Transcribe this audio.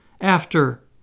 after